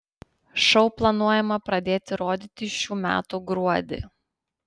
šou planuojama pradėti rodyti šių metų gruodį